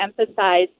emphasize